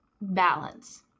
balance